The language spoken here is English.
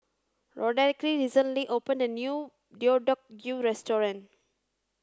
Roderic recently opened a new Deodeok Gui restaurant